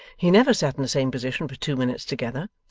he never sat in the same position for two minutes together,